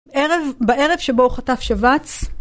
בערב, בערב שבו הוא חטף שבץ.